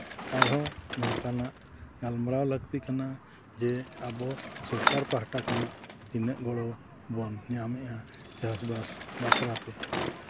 ᱟᱨᱦᱚᱸ ᱱᱚᱝᱠᱟᱱᱟᱜ ᱜᱟᱞᱢᱟᱨᱟᱣ ᱞᱟᱹᱠᱛᱤ ᱠᱟᱱᱟ ᱡᱮ ᱟᱵᱚ ᱥᱚᱨᱠᱟᱨ ᱯᱟᱦᱴᱟ ᱠᱷᱚᱱᱟᱜ ᱛᱤᱱᱟᱹᱜ ᱜᱚᱲᱚ ᱵᱚᱱ ᱧᱟᱢᱮᱫᱼᱟ ᱪᱟᱥᱼᱵᱟᱥ ᱵᱟᱠᱷᱨᱟᱛᱮ